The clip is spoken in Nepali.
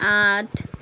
आठ